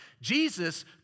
Jesus